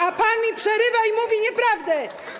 A pan mi przerywa i mówi nieprawdę.